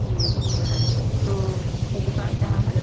ठीक है तो आपका दुकान कहाँ है